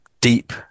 deep